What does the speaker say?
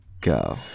go